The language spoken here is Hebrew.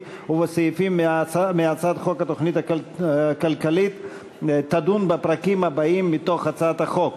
ובסעיפים מהצעת חוק התוכנית הכלכלית תדון בפרקים הבאים מתוך הצעת החוק,